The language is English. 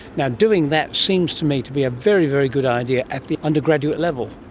and doing that seems to me to be a very, very good idea at the undergraduate level.